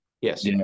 Yes